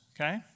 okay